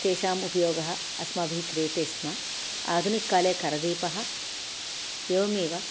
तेषाम् उपयोगः अस्माभिः क्रियते स्म आधुनिककाले करदीपः एवमेव